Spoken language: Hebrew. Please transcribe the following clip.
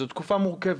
זו תקופה מורכבת.